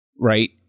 Right